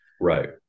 Right